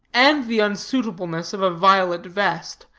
and the unsuitableness of a violet vest,